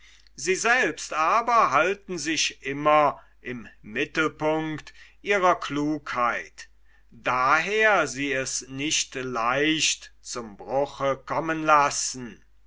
sie selbst aber halten sich immer im mittelpunkt ihrer klugheit daher sie es nicht leicht zum bruche kommen lassen